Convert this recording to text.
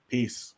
Peace